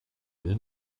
will